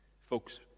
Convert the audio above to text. Folks